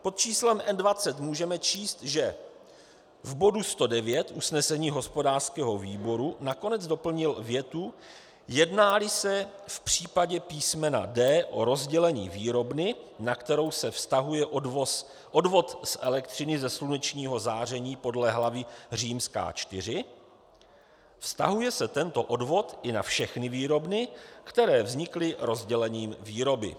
Pod číslem N20 můžeme číst, že v bodu 109 usnesení hospodářského výboru nakonec doplnil větu: Jednáli se v případě písmena d) o rozdělení výrobny, na kterou se vztahuje odvod z elektřiny ze slunečního záření podle hlavy IV, vztahuje se tento odvod i na všechny výrobny, které vznikly rozdělením výroby.